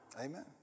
Amen